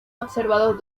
observado